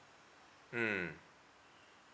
mm